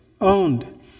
owned